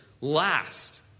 last